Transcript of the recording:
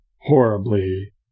horribly